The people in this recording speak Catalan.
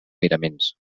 miraments